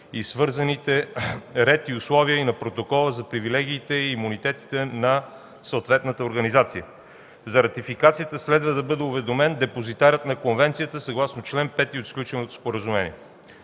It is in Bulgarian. и свързаните ред и условия и на Протокола за привилегиите и имунитетите на съответната организация. За ратификацията следва да бъде уведомен депозитарят на конвенцията съгласно чл. 5 от сключеното споразумение.